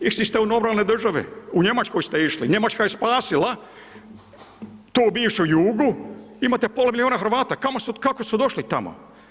Išli se u normalne države, u Njemačku ste išli, Njemačka je spasila tu bivšu Jugu, imate pola milijuna Hrvata, kako su došli tamo?